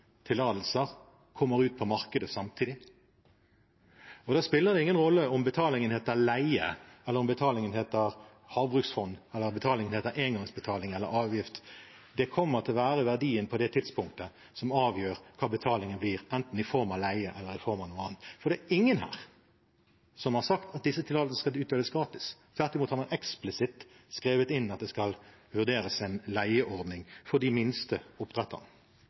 tillatelser kommer ut på markedet samtidig. Da spiller det ingen rolle om betalingen heter leie, eller om betalingen heter havbruksfond, engangsbetaling eller avgift. Det kommer til å være verdien på det tidspunktet som avgjør hva betalingen blir, enten i form av leie eller i form av noe annet. For det er ingen her som har sagt at disse tillatelsene skal utdeles gratis. Tvert imot – man har eksplisitt skrevet inn at det skal vurderes en leieordning for de minste